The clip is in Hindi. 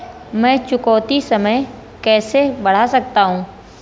मैं चुकौती समय कैसे बढ़ा सकता हूं?